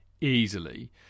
easily